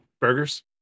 Burgers